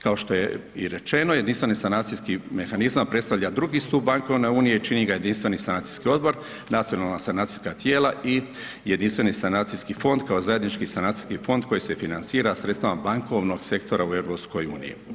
Kao što je i rečeno, Jedinstveni sanacijski mehanizam predstavlja drugi stup Bankovne unije i čini ga Jedinstveni sanacijski odbor, nacionalna sanacijska tijela i Jedinstveni sanacijski fond kao zajednički sanacijski fond koji se financira sredstvima bankovnog sektora u EU.